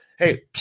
Hey